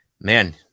man